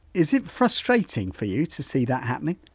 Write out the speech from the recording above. is it frustrating for you to see that happening?